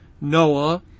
Noah